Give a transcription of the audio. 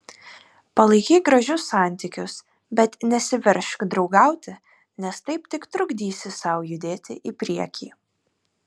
palaikyk gražius santykius bet nesiveržk draugauti nes taip tik trukdysi sau judėti į priekį